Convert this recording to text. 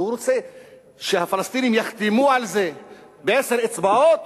אז הוא רוצה שהפלסטינים יחתמו על זה בעשר אצבעות,